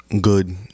Good